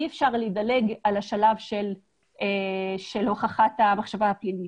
אי אפשר לדלג על השלב של הוכחת המחשבה הפלילית.